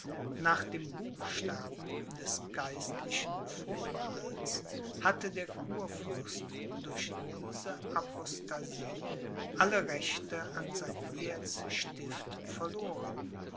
nach dem buchstaben des geistlichen vorbehalts hatte der kurfürst durch diese apostasie alle rechte an sein erzstift verloren